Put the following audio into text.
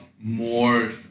more